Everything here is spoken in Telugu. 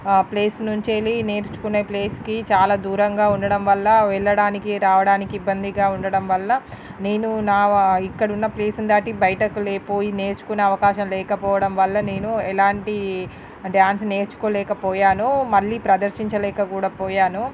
ప్లేస్ నుంచి వెళ్ళి నేర్చుకునే ప్లేస్కి చాలా దూరంగా ఉండటం వల్ల వెళ్ళడానికి రావడానికి ఇబ్బందిగా ఉండటం వల్ల నేను నా ఇక్కడున్న ప్లేస్ని దాటి బయటకు లే పోయి నేర్చుకునే అవకాశం లేకపోవడం వల్ల నేను ఎలాంటి డాన్స్ నేర్చుకోలేకపోయాను మళ్ళీ ప్రదర్శించలేక కూడా పోయాను